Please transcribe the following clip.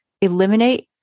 Eliminate